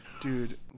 Dude